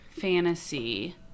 fantasy